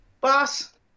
boss